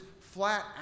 flat